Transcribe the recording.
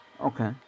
Okay